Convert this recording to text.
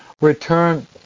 return